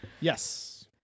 Yes